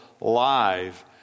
live